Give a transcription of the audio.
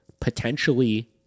potentially